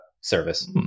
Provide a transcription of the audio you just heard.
service